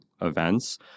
events